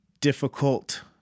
difficult